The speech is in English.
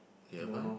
am I